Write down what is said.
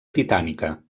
britànica